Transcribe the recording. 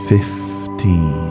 Fifteen